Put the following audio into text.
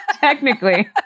Technically